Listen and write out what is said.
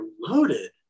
loaded